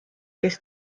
kes